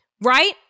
right